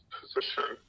position